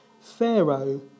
Pharaoh